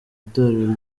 itorero